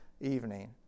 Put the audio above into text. evening